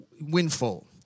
windfall